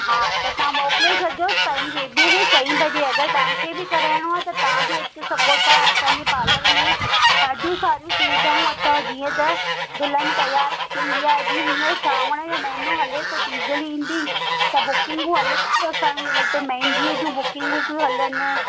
हा त तव्हां मोकिले छॾिजो पंहिंजी बेबीअ खे चईं बजे अगरि तव्हां खे बि कराइणो आहे त तव्हां बि अची सघो था पंहिंजे पालर में ॾाढियूं सारियूं सुविधाऊं अथव जीअं त दुल्हनि तयारु थींदी आहे जीअं हींअर सावण जो महिनो हले थो टीजड़ी ईंदी त बुकिंगूं अलॻि ई असांजी वटि महंदियूं जी बुकिंगूं थी हलनि